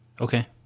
Okay